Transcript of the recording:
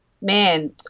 Man